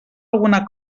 alguna